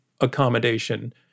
accommodation